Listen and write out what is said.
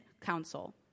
Council